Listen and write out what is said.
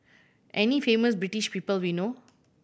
any famous British people we know